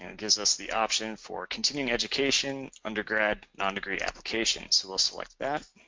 and gives us the option for continuing education undergrad nondegree applications, we'll select that